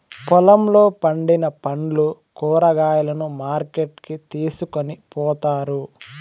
పొలంలో పండిన పండ్లు, కూరగాయలను మార్కెట్ కి తీసుకొని పోతారు